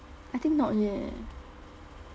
I think not yet